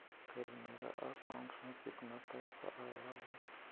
कल मेरा अकाउंटस में कितना पैसा आया ऊ?